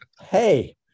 hey